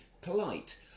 polite